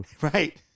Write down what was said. Right